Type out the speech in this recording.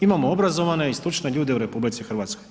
Imamo obrazovane i stručne ljude u RH.